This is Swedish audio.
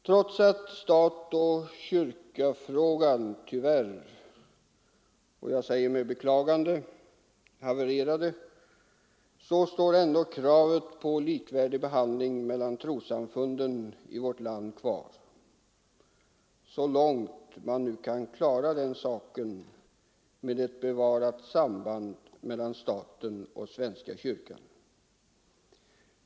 Trots att stat—kyrka-frågan — det säger jag med beklagande — havererade, står ändå kravet på likvärdig behandling av trossamfunden i vårt land kvar, så långt man nu kan klara den saken med ett bevarat samband mellan staten och svenska kyrkan.